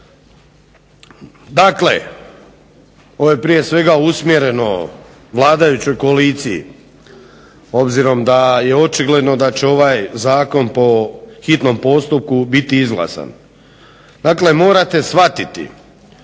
Dakle, ovo je prije svega usmjereno vladajućoj koaliciji obzirom da je očigledno da će ovaj zakon po hitnom postupku biti izglasan. Dakle morate shvatiti